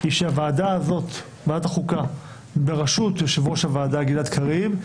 היא שוועדת החוקה בראשות יושב-ראש הוועדה גלעד קריב,